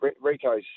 Rico's